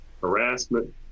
harassment